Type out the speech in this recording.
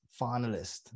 finalist